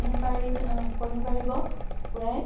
কণী পাৰিলে কণী পাৰিব কুকুৰাই